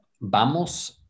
vamos